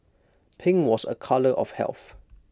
pink was A colour of health